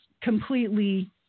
completely